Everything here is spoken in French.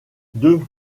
deux